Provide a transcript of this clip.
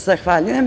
Zahvaljujem.